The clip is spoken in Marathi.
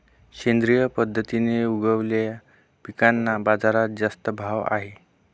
सेंद्रिय पद्धतीने उगवलेल्या पिकांना बाजारात जास्त भाव आहे